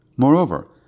Moreover